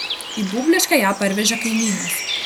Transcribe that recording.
į būbliškę ją parvežė kaimynas